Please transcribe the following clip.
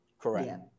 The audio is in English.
Correct